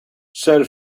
sir